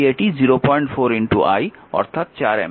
তাই এটি 04 I অর্থাৎ 4 অ্যাম্পিয়ার